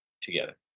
together